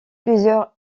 plusieurs